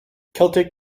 celtic